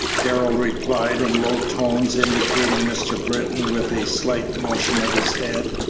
darrell replied, in low tones, indicating mr. britton with a slight motion of his head.